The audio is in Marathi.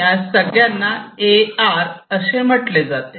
या सगळ्यांना ए आर असे म्हटले जाते